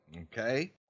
Okay